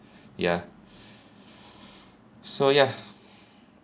ya so ya